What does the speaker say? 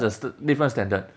a cert~ different standard